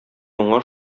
моңа